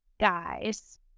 guys